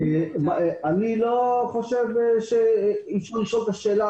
אני לא חושב שאי אפשר לשאול את השאלה